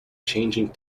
changing